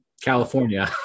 California